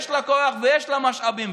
יש לה כוח ויש לה משאבים,